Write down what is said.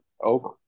over